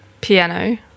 piano